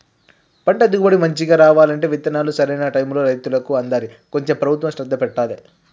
పంట దిగుబడి మంచిగా రావాలంటే విత్తనాలు సరైన టైముకు రైతులకు అందాలి కొంచెం ప్రభుత్వం శ్రద్ధ పెట్టాలె